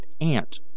ant